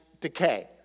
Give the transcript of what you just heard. decay